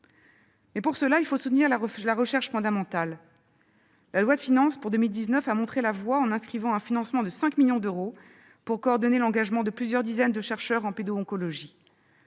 Mais, pour cela, il faut soutenir la recherche fondamentale. La loi de finances pour 2019 a montré la voie en inscrivant un financement de 5 millions d'euros, pour coordonner l'engagement de plusieurs dizaines de chercheurs en pédo-oncologie.